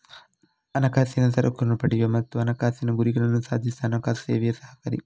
ಹಣಕಾಸಿನ ಸರಕುಗಳನ್ನ ಪಡೆಯಲು ಮತ್ತು ಹಣಕಾಸಿನ ಗುರಿಗಳನ್ನ ಸಾಧಿಸಲು ಹಣಕಾಸು ಸೇವೆ ಸಹಕಾರಿ